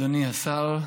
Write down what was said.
אדוני השר,